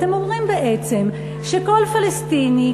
אתם אומרים בעצם שכל פלסטיני,